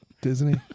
Disney